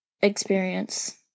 experience